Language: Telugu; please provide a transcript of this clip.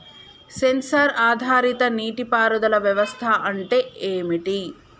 సెన్సార్ ఆధారిత నీటి పారుదల వ్యవస్థ అంటే ఏమిటి?